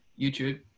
YouTube